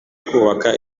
kubaka